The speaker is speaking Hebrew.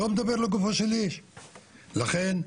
לכן,